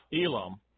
Elam